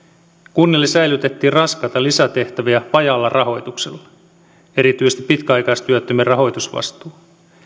kunnille sälytettiin raskaita lisätehtäviä vajaalla rahoituksella erityisesti pitkäaikaistyöttömien rahoitusvastuu